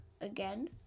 again